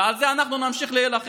ועל זה אנחנו נמשיך להילחם.